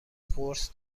قرص